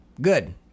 good